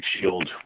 shield